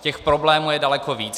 Těch problémů je daleko víc.